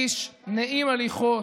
איש נעים הליכות,